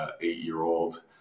eight-year-old